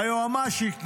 היועמ"שית נגדי,